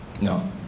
No